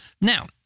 Now